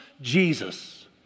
Jesus